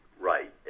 right